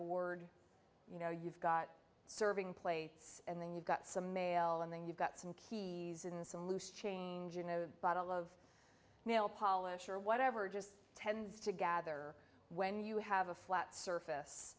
sideboard you know you've got serving plates and then you've got some mail and then you've got some key in some loose change in a bottle of nail polish or whatever just tends to gather when you have a flat surface